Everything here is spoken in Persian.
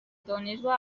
دانشگاه